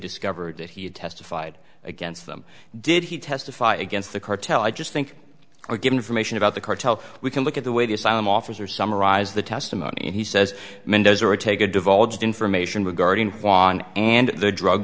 discovered that he had testified against them did he testify against the cartel i just think or give information about the cartel we can look at the way the asylum officer summarized the testimony he says mendoza or take a divulged information regarding one and the drug